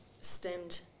stemmed